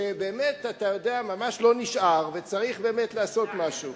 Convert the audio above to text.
שבאמת לא נשאר וצריך באמת לעשות משהו.